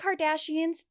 Kardashians